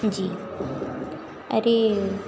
जी अरे